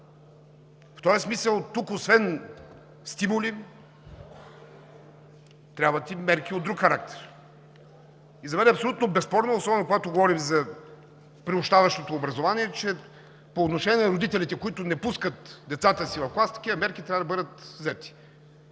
В този смисъл тук, освен стимули, трябват и мерки от друг характер. И за мен е абсолютно безспорно, особено когато говорим за приобщаващото образование, че по отношение на родителите, които не пускат децата си в клас, такива мерки трябва да бъдат взети.